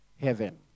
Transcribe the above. heaven